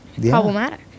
problematic